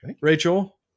Rachel